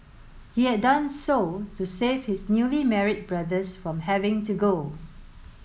he had done so to save his newly married brothers from having to go